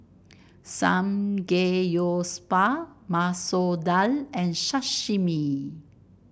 Samgeyopsal Masoor Dal and Sashimi